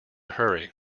hurry